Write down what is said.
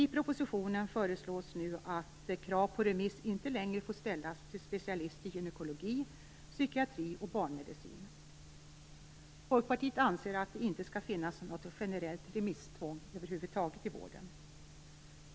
I propositionen föreslås nu att krav på remiss inte längre får ställas till specialist i gynekologi, psykiatri och barnmedicin. Folkpartiet anser att det inte skall finnas något generellt remisstvång i vården.